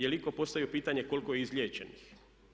Je li itko postavio pitanje koliko je izliječenih?